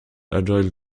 agile